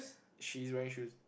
she's wearing shoes